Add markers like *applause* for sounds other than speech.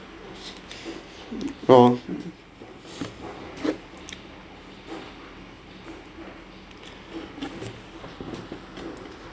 *noise*